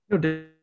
No